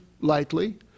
lightly